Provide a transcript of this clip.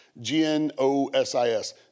G-N-O-S-I-S